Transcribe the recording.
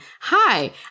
Hi